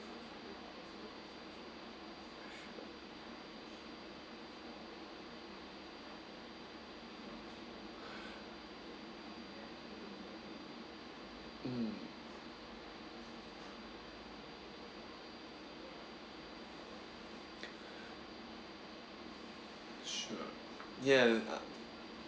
sure mm sure ya